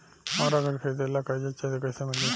हमरा घर खरीदे ला कर्जा चाही त कैसे मिली?